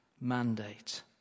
mandate